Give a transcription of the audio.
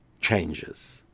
changes